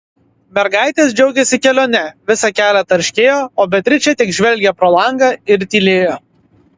mergaitės džiaugėsi kelione visą kelią tarškėjo o beatričė tik žvelgė pro langą ir tylėjo